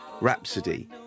Rhapsody